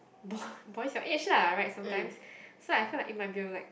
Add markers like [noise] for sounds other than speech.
boy [breath] boys your age lah right sometimes so I feel like it might be a like